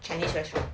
chinese restaurant ah